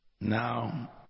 Now